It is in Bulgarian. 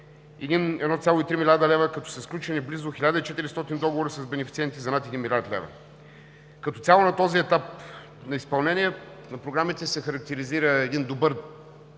1,3 млрд. лв. като са сключени близо 1400 договора с бенефициенти за над 1 млрд. лв. Като цяло на този етап на изпълнението на програмите се характеризира с един добър